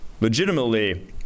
Legitimately